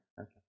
Okay